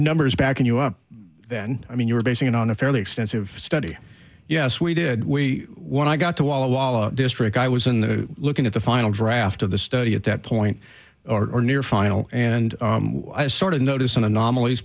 numbers backing you up then i mean you're basing it on a fairly extensive study yes we did we won i got to walla walla district i was in the looking at the final draft of the study at that point or near final and i started noticing anomal